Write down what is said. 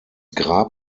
grab